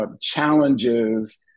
challenges